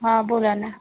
हां बोला ना